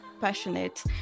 passionate